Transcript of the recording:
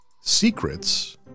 secrets